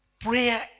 Prayer